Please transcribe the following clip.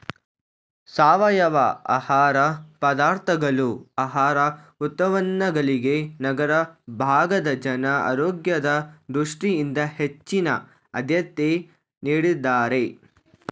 ಸಾವಯವ ಆಹಾರ ಪದಾರ್ಥಗಳು ಆಹಾರ ಉತ್ಪನ್ನಗಳಿಗೆ ನಗರ ಭಾಗದ ಜನ ಆರೋಗ್ಯದ ದೃಷ್ಟಿಯಿಂದ ಹೆಚ್ಚಿನ ಆದ್ಯತೆ ನೀಡಿದ್ದಾರೆ